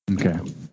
Okay